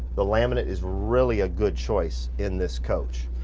the laminate is really a good choice in this coach.